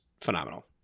phenomenal